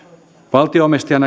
valtio omistajan